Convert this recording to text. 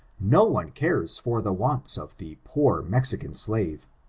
no one cares for the wants of the poor mexican slavi.